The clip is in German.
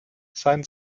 sein